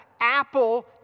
Apple